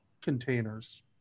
containers